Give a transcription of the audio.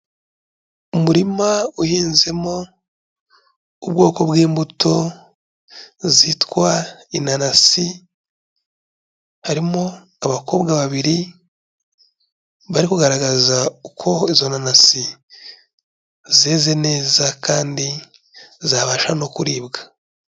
Umurima uhinzemo ubwoko bw'imbuto zitwa inanasi, harimo abakobwa babiri bari kugaragaza uko izo nanasi zeze neza kandi zabasha no kuribwa.